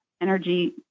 energy